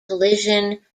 collision